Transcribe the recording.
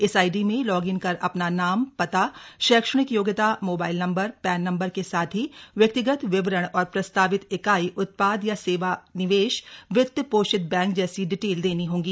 इस आईडी से log in कर अपना नाम पता शैक्षणिक योग्यता मोबाइल नम्बर पैन नम्बर के साथ ही व्यक्तिगत विवरण और प्रस्तावित इकाई उत्पाद या सेवा निवेश वित्त पोषित बैंक जैसी डिटेल देनी होंगी